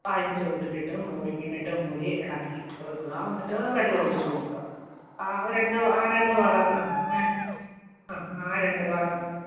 അതിൻ്റെ ചുവട്ടിലിട്ട് മൂടി ഇളക്കി കൊടുക്കുക എന്നിട്ട് വെള്ളമൊഴിച്ച് കൊടുക്കുക ആ രണ്ട് ആ രണ്ട് വളങ്ങൾ ആ ആ ആ ആ രണ്ട് വളങ്ങൾ